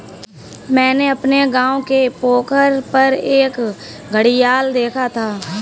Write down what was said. मैंने अपने गांव के पोखर पर एक घड़ियाल देखा था